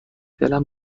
دلم